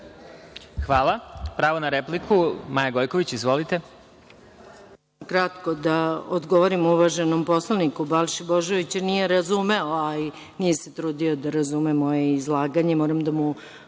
Hvala. Pravo na repliku, Maja Gojković. Izvolite.